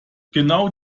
genau